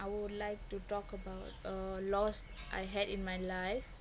I would like to talk about a loss I had in my life